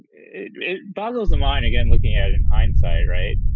it it boggles the mind, again, looking at in hindsight. right.